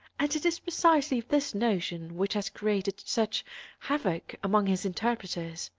and it is precisely this notion which has created such havoc among his interpreters.